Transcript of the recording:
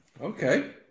Okay